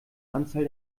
anzahl